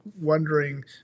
wondering